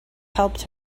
helped